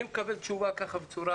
ואני מקבל תשובה בצורה